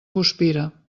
guspira